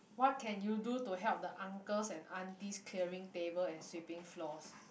what can you do to help the uncles and aunties clearing table and sweeping floors